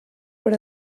per